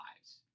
lives